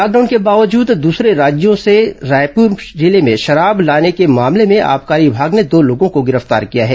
lockdown के बावजद दसरे राज्य से रायपुर जिले में शराब लाने के मामले में आबकारी विमाग ने दो लोगों को गिरफ्तार किया हैं